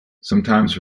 sometimes